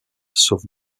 sauf